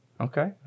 Okay